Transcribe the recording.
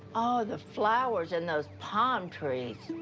oh, the flowers and those palm trees.